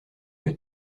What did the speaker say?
que